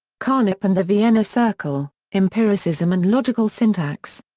carnap and the vienna circle empiricism and logical syntax.